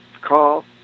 call